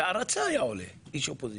בהערצה היה עולה, איש אופוזיציה.